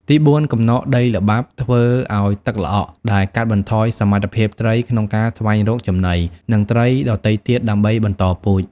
ទីបួន កំណកដីល្បាប់ធ្វើឱ្យទឹកល្អក់ ដែលកាត់បន្ថយសមត្ថភាពត្រីក្នុងការស្វែងរកចំណី និងត្រីដទៃទៀតដើម្បីបន្តពូជ។